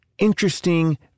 interesting